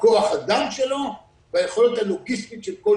כוח האדם שלו והיכולת הלוגיסטית של כל